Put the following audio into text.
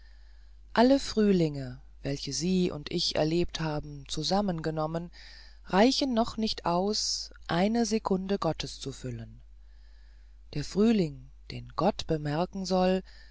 alle frühlinge welche sie und ich erlebt haben zusammengenommen reichen noch nicht aus eine sekunde gottes zu füllen der frühling den gott bemerken soll